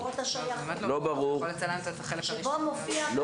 לראות את השייכות שבו מופיעים הפרטים.